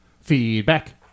Feedback